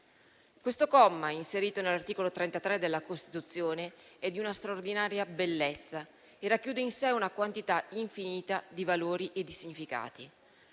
Questo comma, inserito nell'articolo 33 della Costituzione, è di una straordinaria bellezza e racchiude in sé una quantità infinita di valori e significati.